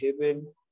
heaven